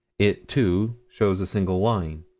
it, too, shows a single line.